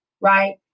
right